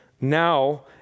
now